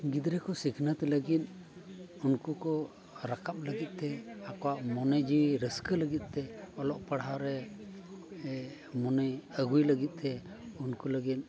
ᱜᱤᱫᱽᱨᱟᱹ ᱠᱚ ᱥᱤᱠᱷᱱᱟᱹᱛ ᱞᱟᱹᱜᱤᱫ ᱩᱱᱠᱩ ᱠᱚ ᱨᱟᱠᱟᱵ ᱞᱟᱹᱜᱤᱫ ᱛᱮ ᱟᱠᱚᱣᱟᱜ ᱢᱚᱱᱮ ᱡᱤᱣᱤ ᱨᱟᱹᱥᱠᱟᱹ ᱞᱟᱹᱜᱤᱫ ᱛᱮ ᱚᱞᱚᱜ ᱯᱟᱲᱦᱟᱣ ᱨᱮ ᱢᱚᱱᱮᱭ ᱟᱹᱜᱩᱭ ᱞᱟᱹᱜᱤᱫ ᱛᱮ ᱩᱱᱠᱩ ᱞᱟᱹᱜᱤᱫ